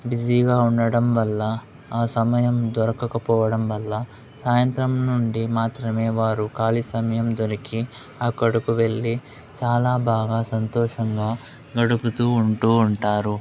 బిజీగా ఉండడం వల్ల ఆ సమయం దొరకకపోవడం వల్ల సాయంత్రం నుండి మాత్రమే వారు ఖాళీ సమయం దొరికి అక్కడుకు వెళ్లి చాలా బాగా సంతోషంగా గడుపుతూ ఉంటూ ఉంటారు